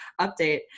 update